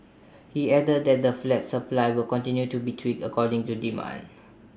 he added that the flat supply will continue to be tweaked according to demand